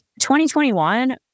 2021